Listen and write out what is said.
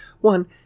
one